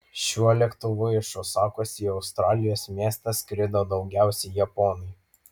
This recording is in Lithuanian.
šiuo lėktuvu iš osakos į australijos miestą skrido daugiausiai japonai